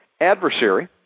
adversary